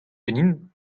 ganin